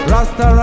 Rasta